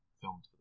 film